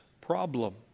problem